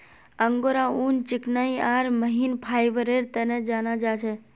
angora ऊन चिकनाई आर महीन फाइबरेर तने जाना जा छे